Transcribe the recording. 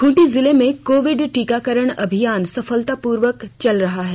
खूंटी जिले में कोविड टीकाकरण अभियान सफलतापूर्वक चल रहा है